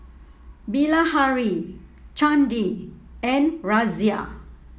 Bilahari Chandi and Razia